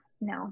no